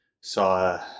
saw